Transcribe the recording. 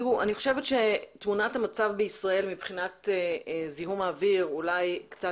אני חושבת שתמונת המצב בישראל מבחינת זיהום האוויר היא אולי קצת